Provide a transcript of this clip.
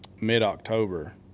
mid-october